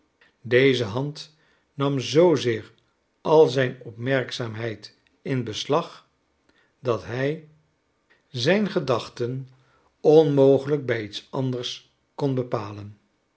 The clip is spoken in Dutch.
deze hand nam zoozeer al zijn opmerkzaamheid in beslag dat hij zijn gedachten onmogelijk bij iets anders kon bepalen